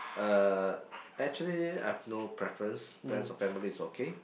uh actually I have no preference friends or family is okay